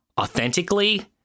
authentically